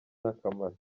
n’akamaro